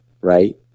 right